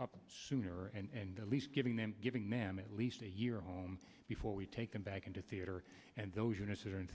up sooner and at least giving them giving them at least a year before we take them back into theater and those units that are in